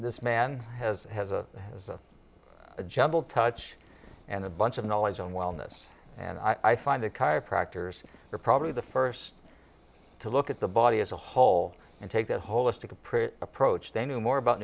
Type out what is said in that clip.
this man has has a has a gentle touch and a bunch of knowledge on wellness and i find that chiropractors are probably the first to look at the body as a whole and take a holistic approach approach they knew more about